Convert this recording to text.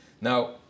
Now